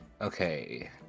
Okay